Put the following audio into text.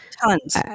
Tons